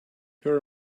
her